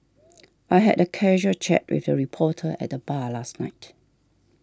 I had a casual chat with a reporter at the bar last night